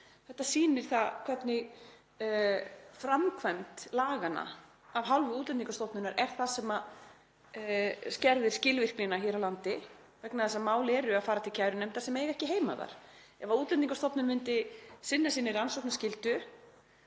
Þetta sýnir hvernig framkvæmd laganna af hálfu Útlendingastofnunar er það sem skerðir skilvirknina hér á landi vegna þess að mál eru að fara til kærunefndar sem eiga ekki heima þar. Ef Útlendingastofnun myndi sinna sinni rannsóknarskyldu,